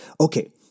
Okay